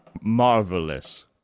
marvelous